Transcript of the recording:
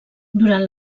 durant